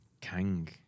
Kang